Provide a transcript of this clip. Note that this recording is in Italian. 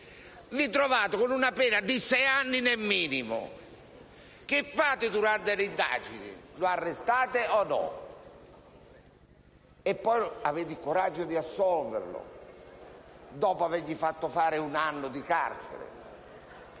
ritrovate con una pena di sei anni nel minimo. Cosa fate durante le indagini? Arrestate o meno la persona? E poi avete il coraggio di assolverla, dopo avergli fatto scontare un anno di carcere,